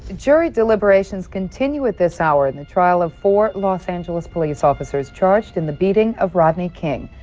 jury deliberations continue at this hour in the trial of four los angeles police officers charged in the beating of rodney king.